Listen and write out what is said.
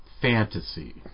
fantasy